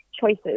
choices